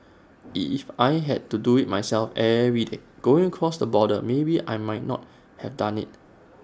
if I had to do IT myself every day going across the border maybe I might not have done IT